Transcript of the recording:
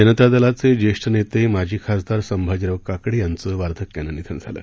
जनता दलाचे ज्येष्ठ नेते माजी खासदार संभाजीराव काकडे यांचं वार्धक्यानं निधन झालं